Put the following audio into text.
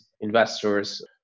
investors